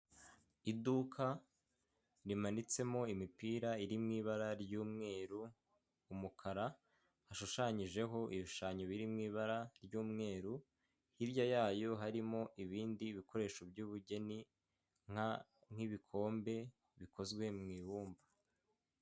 Iduka rimanitsemo imipira iri mu ibara ry'umweru, umukara hashushanyijeho ibishushanyo biri mu ibara ry'umweru hirya yayo harimo ibindi bikoresho by'ubugeni nk'ibikombe bikozwe mu ibumba.